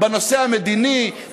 בנושא המדיני,